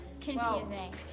confusing